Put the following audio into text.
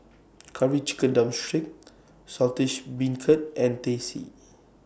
Curry Chicken Drumstick Saltish Beancurd and Teh C